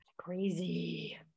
Crazy